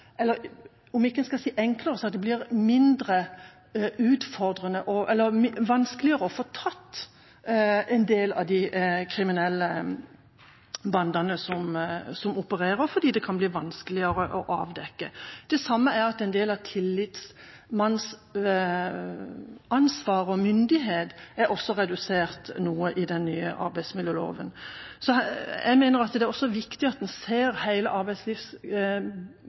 vanskeligere å få tatt en del av de kriminelle bandene som opererer, fordi det kan bli vanskeligere å avdekke. På samme måte er en del av tillitsmannsansvar og -myndighet også redusert noe i den nye arbeidsmiljøloven. Jeg mener at det også er viktig at en ser